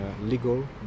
legal